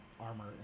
armor